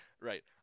right